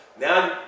Now